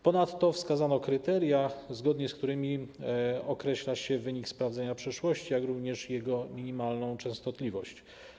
Ponadto wskazano kryteria, zgodnie z którymi określa się wynik sprawdzenia przeszłości, jak również jego minimalną częstotliwość.